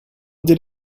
did